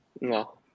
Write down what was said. No